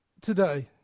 today